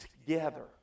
together